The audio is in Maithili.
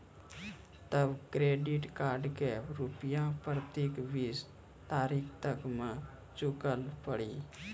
तब क्रेडिट कार्ड के रूपिया प्रतीक बीस तारीख तक मे चुकल पड़ी?